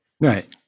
Right